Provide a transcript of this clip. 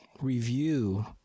review